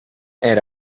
era